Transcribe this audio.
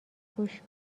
گوش